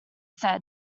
said